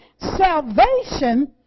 salvation